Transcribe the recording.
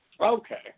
Okay